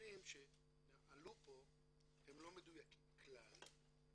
מהדברים שעלו פה הם לא מדויקים כלל,